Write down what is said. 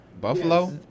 Buffalo